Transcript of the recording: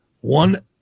one